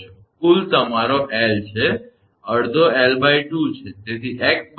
કુલ તમારો 𝐿 છે અને અડધો 𝐿2 છે